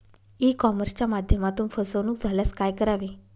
E कॉमर्सच्या माध्यमातून फसवणूक झाल्यास काय करावे?